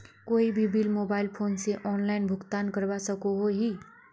कोई भी bill mobile phone से ऑनलाइन भुगतान करवा सकोहो ही?